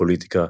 הפוליטיקה,